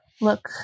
Look